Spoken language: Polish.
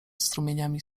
strumieniami